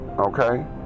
Okay